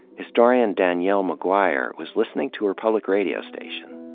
historian danielle mcguire was listening to her public radio station.